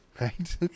Right